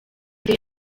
jye